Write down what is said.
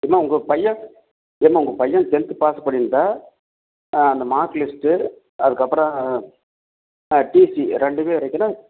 அம்மா உங்கள் பையன் அம்மா உங்கள் பையன் டென்த்து பாஸ் பண்ணியிருந்தா ஆ அந்த மார்க்கு லிஸ்ட்டு அதுக்கு அப்புறம் டிசி ரெண்டுமே இருக்கணும்